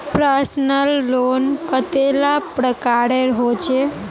Personal loan कतेला प्रकारेर होचे?